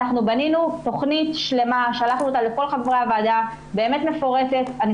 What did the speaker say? בנינו תוכנית שלמה ומפורטת ושלחנו אותה לכל חברי הוועדה.